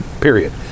period